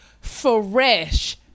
fresh